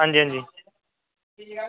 अंजी अंजी